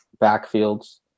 backfields